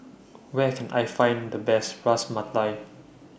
Where Can I Find The Best Ras Malai